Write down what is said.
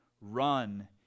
run